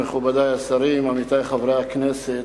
מכובדי השרים, עמיתי חברי הכנסת,